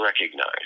recognize